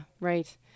Right